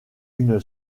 une